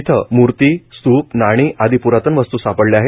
इथं मूर्ती स्तूप नाणी आदी प्रातन वस्तू सापडल्या आहेत